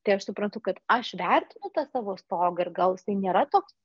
tai aš suprantu kad aš vertinu tą savo stogą ir gal jisai nėra toks